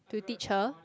to teach her